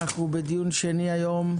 אנחנו בדיון שני היום.